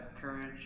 courage